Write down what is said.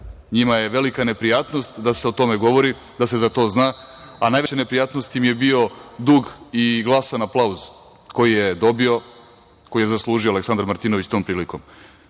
Njima je velika neprijatnost da se o tome govori, da se za to zna, a najveća neprijatnost im je bio dug i glasan aplauz koji je dobio, koji je zaslužio Aleksandar Martinović tom prilikom.